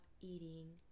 eating